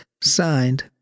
Signed